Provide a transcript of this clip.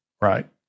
Right